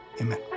Amen